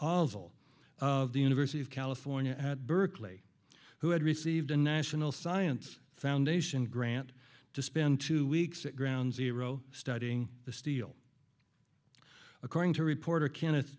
all of the university of california at berkeley who had received a national science foundation grant to spend two weeks at ground zero studying the steel according to reporter kenneth